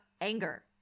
anger